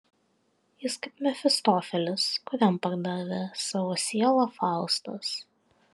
jis kaip mefistofelis kuriam pardavė savo sielą faustas